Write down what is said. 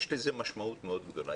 יש לזה משמעות מאוד גדולה.